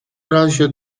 razie